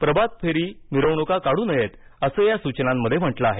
प्रभात फेरी मिरवणुका काढू नयेत असं या सूचनांमध्ये म्हटलं आहे